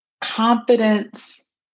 confidence